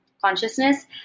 consciousness